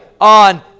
on